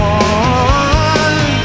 one